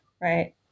right